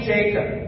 Jacob